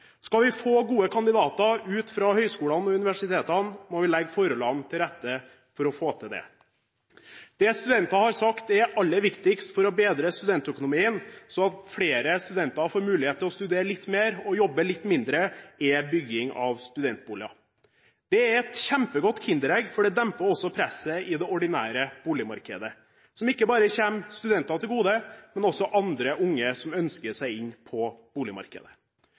Skal vi få gode kandidater ut fra høyskolene og universitetene, må vi legge forholdene til rette for å få det til. Det studenter har sagt er aller viktigst for å bedre studentøkonomien, slik at flere studenter får mulighet til å studere litt mer og jobbe litt mindre, er bygging av studentboliger. Dette er et kjempegodt kinderegg, for det demper også presset i det ordinære boligmarkedet, noe som ikke bare kommer studenter til gode, men også andre unge som ønsker seg inn på boligmarkedet.